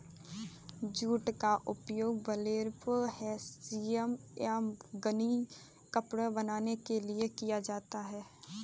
jute का उपयोग burlap hessian या गनी कपड़ा बनाने के लिए किया जाता है